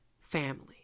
Family